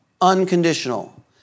unconditional